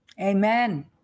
Amen